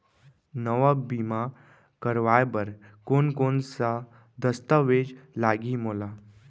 नवा बीमा करवाय बर कोन कोन स दस्तावेज लागही मोला?